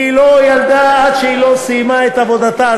והיא לא ילדה עד שהיא לא סיימה את עבודתה,